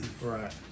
Right